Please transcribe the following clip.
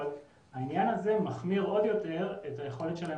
אבל העניין הזה מחמיר עוד יותר את היכולת שלהם